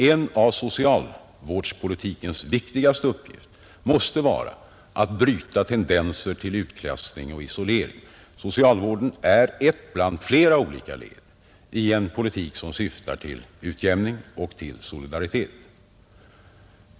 En av socialvårdspolitikens viktigaste uppgifter måste vara att bryta tendenser till utklassning och isolering. Socialvården är ett bland flera olika led i en politik som syftar till utjämning och solidaritet.